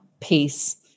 peace